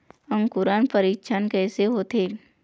अंकुरण परीक्षण कैसे होथे?